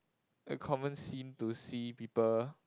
a common scene to see people